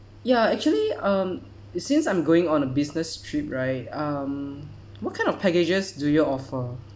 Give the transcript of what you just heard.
ya actually um since I'm going on a business trip right um what kind of packages do your offer